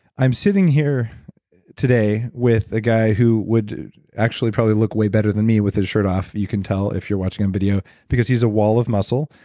i'm sitting here today with a guy who would actually probably look way better than me with his shirt off. you can tell if you're watching on video because he's a wall of muscle.